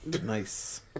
nice